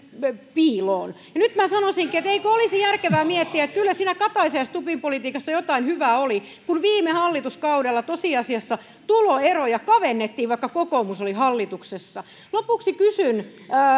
piiloon nyt minä sanoisinkin että eikö olisi järkevää miettiä että kyllä siinä kataisen ja stubbin politiikassa jotain hyvää oli kun viime hallituskaudella tosiasiassa tuloeroja kavennettiin vaikka kokoomus oli hallituksessa lopuksi kysyn